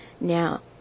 Now